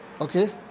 Okay